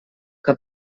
que